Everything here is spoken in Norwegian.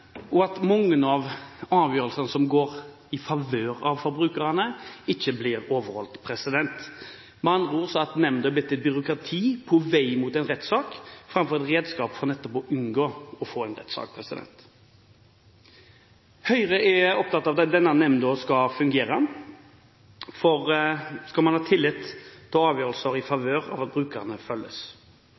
og at mange av avgjørelsene som går i favør av forbrukerne, ikke blir overholdt. Med andre ord er nemnda blitt et byråkrati på vei mot en rettssak framfor et redskap for nettopp å unngå å få en rettssak. Høyre er opptatt av at denne nemnda skal fungere, har tillit og at avgjørelser i favør av brukerne følges.